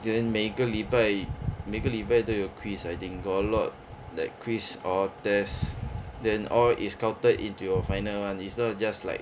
then 每个礼拜每个礼拜都有 quiz I think got a lot like quiz or test then all is counted into your final [one] it's not just like